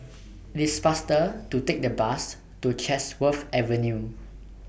IT IS faster to Take The Bus to Chatsworth Avenue